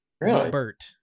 Bert